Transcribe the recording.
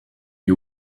you